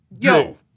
Yo